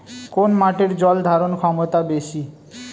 কোন মাটির জল ধারণ ক্ষমতা বেশি?